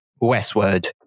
westward